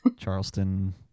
Charleston